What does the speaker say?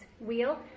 wheel